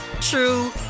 true